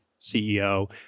CEO